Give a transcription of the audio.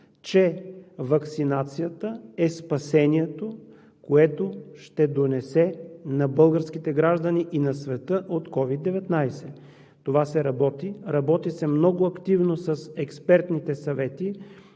че ваксинацията е спасението, което ще донесе на българските граждани и на света от COVID-19. Това се работи. Работи се много активно с експертните съвети